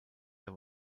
der